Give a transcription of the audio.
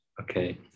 okay